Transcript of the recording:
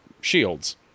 shields